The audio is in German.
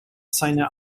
seine